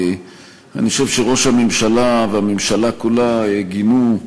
אני חושב שראש הממשלה והממשלה כולה גינו,